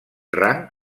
rang